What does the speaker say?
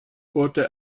wurde